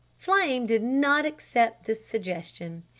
flame did not accept this suggestion.